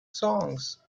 songs